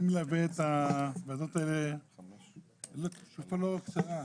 אני מלווה את הוועדות האלה תקופה לא קצרה.